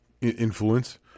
Influence